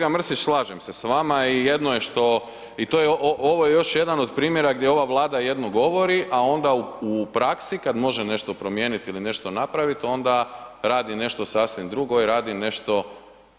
Pa kolega Mrsić, slažem se s vama i jedno je što i to je, ovo je još jedan od primjera gdje ova Vlada jedno govori, a onda u praksi, kad može nešto promijeniti ili nešto napraviti onda radi nešto sasvim drugo i radi